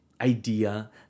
idea